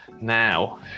Now